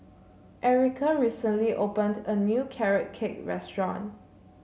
Erica recently opened a new Carrot Cake restaurant